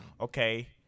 Okay